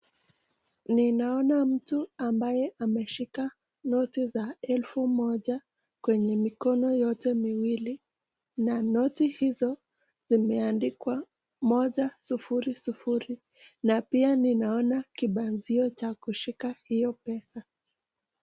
Ni naona mtu ambaye ameshika noti za elfu moja kwenye mikono yote miwli na noti hizo zimeandikwa moja sufuri sufuri na pia ninaona kibanzio cha kushika hiyo pesa.